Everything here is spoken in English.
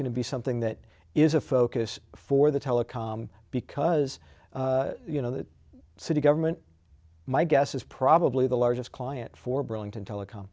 going to be something that is a focus for the telecom because you know the city government my guess is probably the largest client for burlington telecom